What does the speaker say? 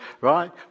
right